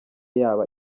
yaba